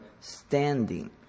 standing